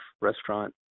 restaurant